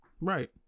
right